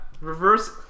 Reverse